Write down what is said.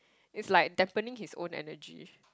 it's like dampening his own energy